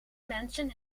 mensen